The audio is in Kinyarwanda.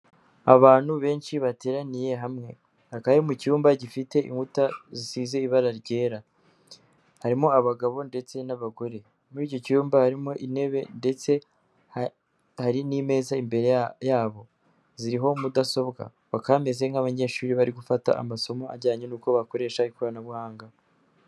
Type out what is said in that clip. Abantu benshi bateraniye hamwe bakaba bari mu cyumba gifite inkuta zisize ibara ryera, harimo abagabo ndetse n'abagore, muri icyo cyumba harimo intebe ndetse hari n'imeza imbere yabo, ziriho mudasobwa, bakaba bameze nk'abanyeshuri bari gufata amasomo ajyanye n'uko bakoresha ikoranabuhanga.